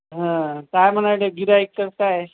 हा काय म्हणाले गिऱ्हाईक काय